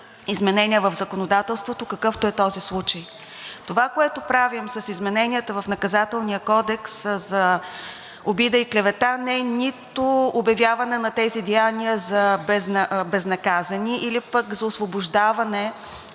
в законодателството, какъвто е този случай. Това, което правим с измененията в Наказателния кодекс за обида и клевета, не е нито обявяване на тези деяния за безнаказани или пък за освобождаване,